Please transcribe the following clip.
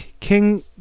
King